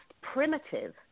primitive